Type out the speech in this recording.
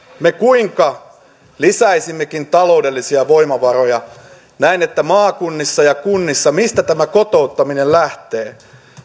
me kuinka lisäisimmekin taloudellisia voimavaroja niin näen että maakunnissa ja kunnissa mistä tämä kotouttaminen lähtee